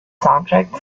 soundtrack